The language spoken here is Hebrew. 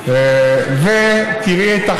לא